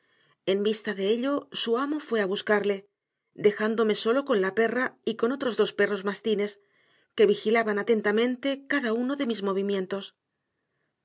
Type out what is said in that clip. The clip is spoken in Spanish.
en vista de ello su amo fue a buscarle dejándome solo con la perra y con otros dos perros mastines que vigilaban atentamente cada uno de mis movimientos